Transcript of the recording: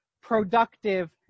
productive